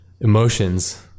emotions